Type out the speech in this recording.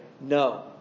no